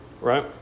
Right